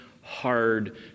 hard